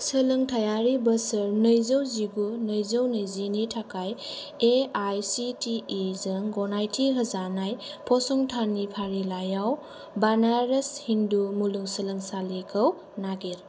सोलोंथायारि बोसोर नैजौजिगु नैजोनैजिनि थाखाय A I C T E जों गनायथि होजानाय फसंथाननि फारिलाइआव बनारस हिन्दु मुलुगसोलोंसालिखौ नागिर